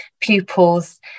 pupils